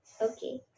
Okay